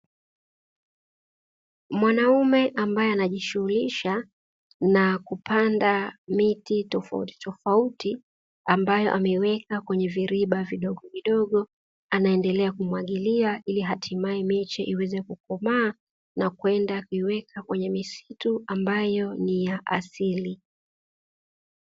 Mwanaume ambaye anajishughulisha na kupanda miti tofautitofauti ambayo ameweka kwenye viriba vidogovidogo anaendelea kumwagilia, ili hatimaye miche iweze kukomaa na kwenda kuiweka kwenye misitu ambayo ni ya asili.